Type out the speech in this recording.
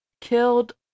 killed